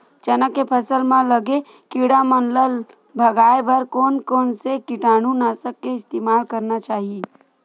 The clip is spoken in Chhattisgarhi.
चना के फसल म लगे किड़ा मन ला भगाये बर कोन कोन से कीटानु नाशक के इस्तेमाल करना चाहि?